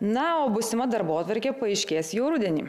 na o būsima darbotvarkė paaiškės jau rudenį